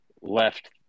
left